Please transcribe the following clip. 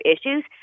issues